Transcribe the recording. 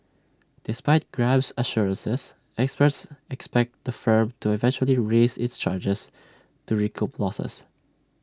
despite grab's assurances experts expect the firm to eventually raise its charges to recoup losses